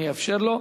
אני אאפשר לו,